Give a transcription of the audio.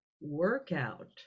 workout